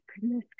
goodness